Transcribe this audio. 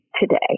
today